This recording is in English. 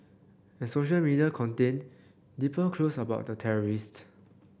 and social media contained deeper clues about the terrorists